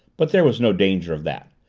but there was no danger of that.